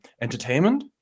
entertainment